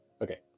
okay